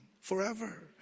forever